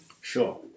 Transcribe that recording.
Sure